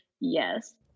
yes